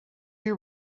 you